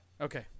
Okay